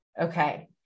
Okay